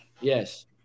Yes